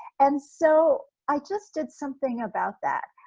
and so i just did something about that.